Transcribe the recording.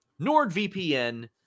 NordVPN